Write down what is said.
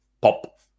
pop